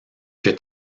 que